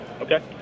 Okay